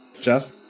Jeff